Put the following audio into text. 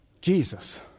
Jesus